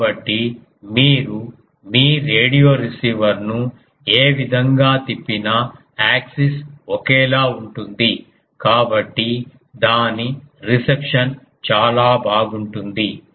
కాబట్టి మీరు మీ రేడియో రిసీవర్ను ఏ విధంగా తిప్పినా యాక్సిస్ ఒకేలా ఉంటుంది కాబట్టి దాని రిసెప్షన్ చాలా బాగుంటుంది